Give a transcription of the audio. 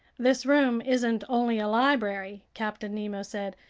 this room isn't only a library, captain nemo said,